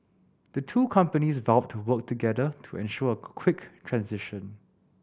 the two companies vowed to work together to ensure a quick transition